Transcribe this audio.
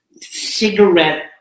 cigarette